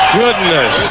goodness